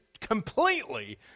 completely